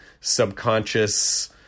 subconscious